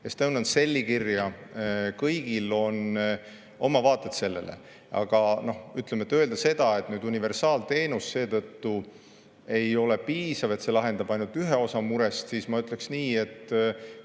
Estonian Celli kirja. Kõigil on oma vaated sellele. Aga öelda seda, et universaalteenus seetõttu ei ole piisav, et see lahendab ainult ühe osa murest – ma ütleksin nii, et